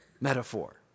metaphor